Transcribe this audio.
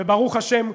וברוך השם,